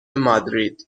مادرید